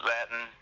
Latin